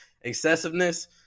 excessiveness